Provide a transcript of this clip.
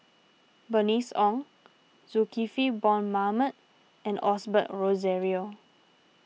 Bernice Ong Zulkifli Bong Mohamed and Osbert Rozario